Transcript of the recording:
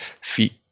feet